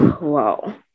Wow